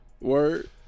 Word